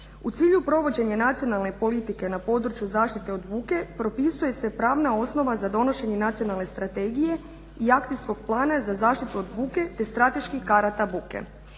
U cilju provođenja nacionalne politike na području zaštite od buke propisuje se pravna osnova za donošenje nacionalne strategije i akcijskog plana za zaštitu od buke te strateških karata buke.